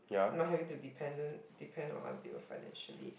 not to be dependent depend on other people financially